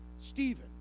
Stephen